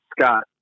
Scott